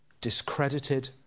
discredited